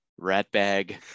Ratbag